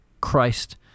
Christ